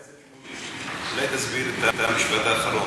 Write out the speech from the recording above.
חבר הכנסת שמולי, אולי תסביר את המשפט האחרון?